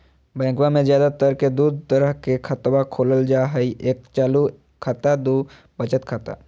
बैंकवा मे ज्यादा तर के दूध तरह के खातवा खोलल जाय हई एक चालू खाता दू वचत खाता